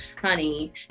honey